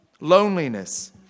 Loneliness